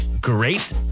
great